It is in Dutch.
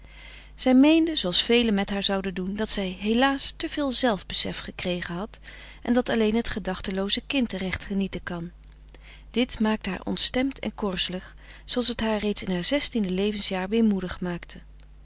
zij meende zooals velen met haar zouden doen dat zij helaas te veel zelfbesef gekregen had en dat alleen het gedachtelooze kind recht genieten kan dit maakte haar ontstemd en korzelig zooals het haar reeds in haar zestiende levensjaar weemoedig maakte